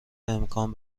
امکان